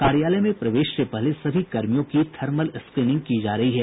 कार्यालय में प्रवेश से पहले सभी कर्मियों की थर्मल स्क्रीनिंग की जा रही है